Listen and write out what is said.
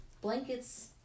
blankets